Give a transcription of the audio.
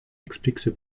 expliquent